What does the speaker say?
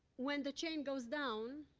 when the chain goes down.